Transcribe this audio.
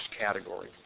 category